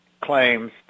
claims